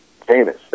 famous